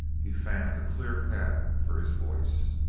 he fanned a clear path for his voice.